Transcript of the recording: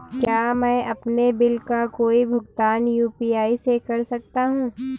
क्या मैं अपने बिल का भुगतान यू.पी.आई से कर सकता हूँ?